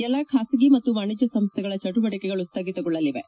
ಎಲ್ಲಾ ಖಾಸಗಿ ಮತ್ತು ವಾಣಿಜ್ಞ ಸಂಸ್ಥೆಗಳ ಚುುವಟಕೆಗಳು ಸ್ಥಗಿತಗೊಳ್ಳಲಿವೆ